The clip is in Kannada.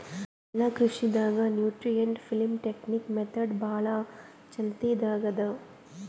ಜಲಕೃಷಿ ದಾಗ್ ನ್ಯೂಟ್ರಿಯೆಂಟ್ ಫಿಲ್ಮ್ ಟೆಕ್ನಿಕ್ ಮೆಥಡ್ ಭಾಳ್ ಚಾಲ್ತಿದಾಗ್ ಅದಾ